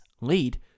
lead